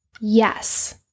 yes